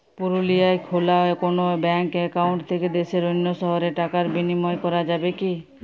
পুরুলিয়ায় খোলা কোনো ব্যাঙ্ক অ্যাকাউন্ট থেকে দেশের অন্য শহরে টাকার বিনিময় করা যাবে কি?